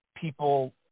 people